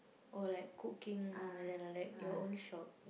or like cooking like that like that your own shop